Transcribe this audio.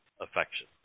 affection